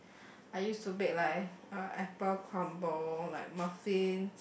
I used to bake like uh apple crumble like muffins